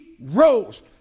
rose